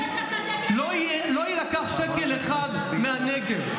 לא יילקח שקל אחד מהנגב.